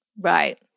Right